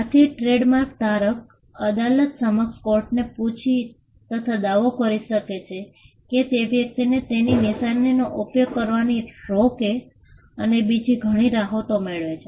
આથી હવે ટ્રેડમાર્ક ધારક અદાલત સમક્ષ કોર્ટને પૂછી તથા દાવો કરી શકે છે કે તે વ્યક્તિને તેની નિશાનીનો ઉપયોગ કરવાથી રોકે અને બીજી ઘણી રાહતો મેળવે છે